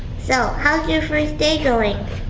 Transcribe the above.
so, how's your first day going?